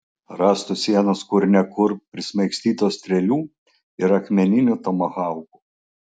rąstų sienos kur ne kur prismaigstytos strėlių ir akmeninių tomahaukų